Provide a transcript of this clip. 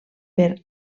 per